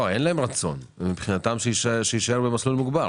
אין להם רצון, מבחינתם שיישאר במסלול מוגבר.